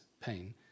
pain